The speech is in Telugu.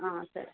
సరే